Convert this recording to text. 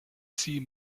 sie